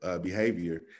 behavior